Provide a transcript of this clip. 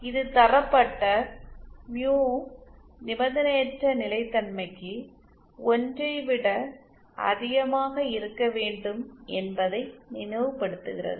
இது தரப்பட்ட மியூ நிபந்தனையற்ற நிலைத்தன்மைக்கு 1 ஐ விட அதிகமாக இருக்க வேண்டும் என்பதை நினைவுபடுத்துகிறது